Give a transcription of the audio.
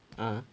(uh huh)